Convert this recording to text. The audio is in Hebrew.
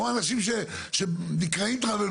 או אנשים שנקראים עושי צרות,